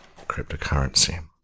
cryptocurrency